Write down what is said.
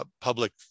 public